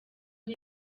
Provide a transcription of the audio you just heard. ari